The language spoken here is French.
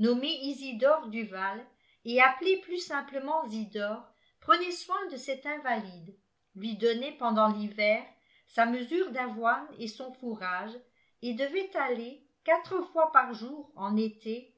nommé isidore duval et appelé plus simplement zidore prenait soin de cet invalide lui donnait pendant l'hiver sa mesure d'avoine et son fourrage et devait aller quatre fois par jour en été